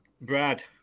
Brad